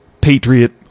patriot